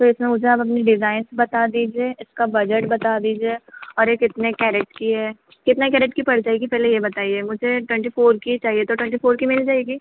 तो इसमें मुझे आप अपनी डिज़ाइंस बता दीजिए इसका बजट बता दीजिए और यह कितने कैरेट की है कितने कैरेट की पड़ जाएगी पहले यह बताइए मुझे ट्वेंटी फ़ोर की ही चाहिए तो ट्वेंटी फ़ोर की मिल जाएगी